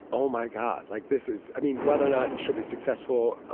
oh, my god. like, this is i mean, whether or not she'll be successful, ah